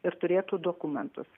ir turėtų dokumentus